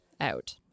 out